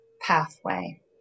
pathway